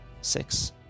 six